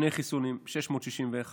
שני חיסונים,661,